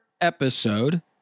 episode